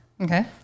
okay